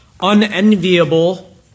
unenviable